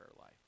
life